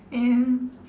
ya